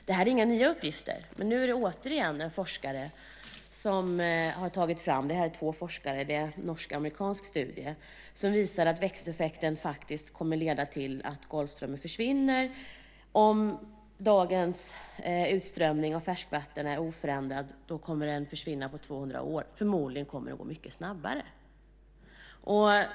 Det här är inga nya uppgifter, men här visar två forskare från en norsk-amerikansk studie att växthuseffekten kommer att leda till att Golfströmmen försvinner. Om dagens utströmning av färskvatten är oförändrad så kommer den att försvinna på 200 år, och förmodligen kommer det att gå mycket snabbare.